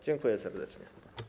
Dziękuję serdecznie.